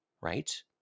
right